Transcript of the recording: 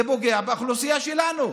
זה פוגע באוכלוסייה שלנו,